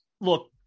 look